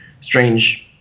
strange